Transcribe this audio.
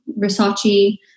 Versace